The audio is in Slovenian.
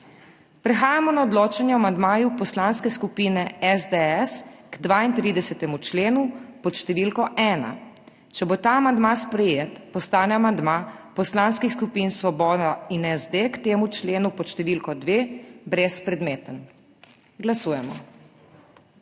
Prehajamo na odločanje o amandmaju Poslanske skupine SDS k 32. členu pod številko 1. Če bo ta amandma sprejet postane amandma poslanskih skupin Svoboda in SD k temu členu pod številko dve brezpredmeten. Glasujemo.